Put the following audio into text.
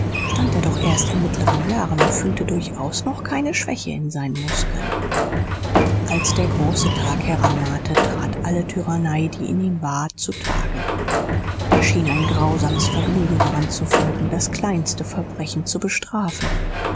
stand er doch erst in mittleren jahren und fühlte durchaus noch keine schwäche in seinen muskeln als der große tag herannahte trat alle tyrannei die in ihm war zutage er schien ein grausames vergnügen daran zu finden das kleinste verbrechen zu bestrafen